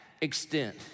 extent